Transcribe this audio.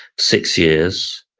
six years,